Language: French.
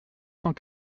cent